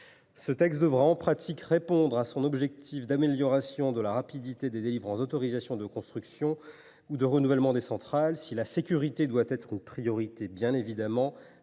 Ce texte devra, en pratique, atteindre l’objectif d’amélioration de la rapidité des délivrances d’autorisation de construction ou de renouvellement des centrales. Si la sécurité doit être une priorité, bien évidemment,